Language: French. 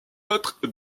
maître